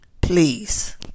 Please